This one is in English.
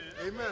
Amen